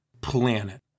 planet